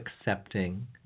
accepting